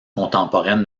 contemporaine